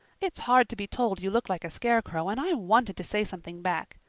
it's hard to be told you look like a scarecrow and i wanted to say something back.